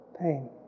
pain